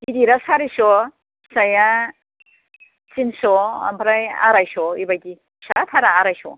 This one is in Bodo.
गिदिरा सारिस' फिसाया थिनस' आमफ्राय आराइस' बेबायदि फिसाथारा आराइस'